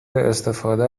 استفاده